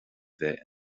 bheith